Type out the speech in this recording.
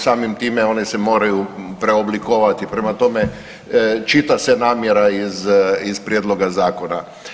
Samim time oni se moraju preoblikovati, prema tome čita se namjera iz prijedloga zakona.